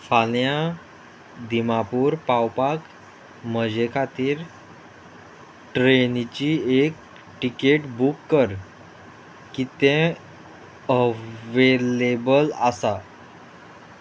फाल्यां दिमापूर पावपाक म्हजे खातीर ट्रेनीची एक टिकेट बूक कर कितें अवेलेबल आसा